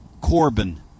Corbin